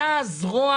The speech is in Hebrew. אתה הזרוע